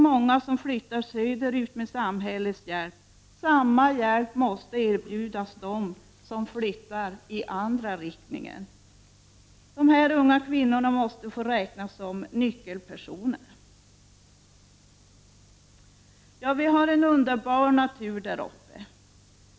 Många flyttar söderut med samhällets hjälp, och samma hjälp måste erbjudas dem som flyttar i andra riktningen. De unga kvinnorna måste få räknas som nyckelpersoner. Vi har en underbar natur där uppe.